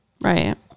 Right